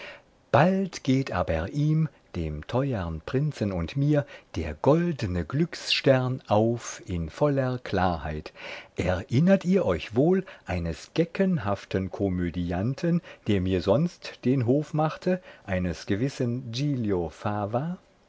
bald geht aber ihm dem teuern prinzen und mir der goldne glücksstern auf in voller klarheit erinnert ihr euch wohl eines geckenhaften komödianten der mir sonst den hof machte eines gewissen giglio fava